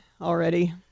already